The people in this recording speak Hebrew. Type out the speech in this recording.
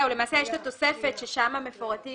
למעשה יש את התוספת ששם מפורטים